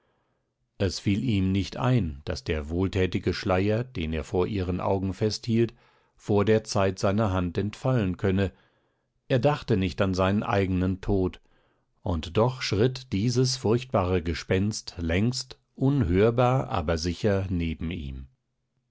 es fiel ihm nicht ein daß der wohlthätige schleier den er vor ihren augen festhielt vor der zeit seiner hand entfallen könne er dachte nicht an seinen eigenen tod und doch schritt dies furchtbare gespenst längst unhörbar aber sicher neben ihm